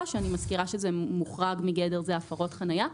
ואני מזכירה שמוחרג מגדר זה הפרות חניה.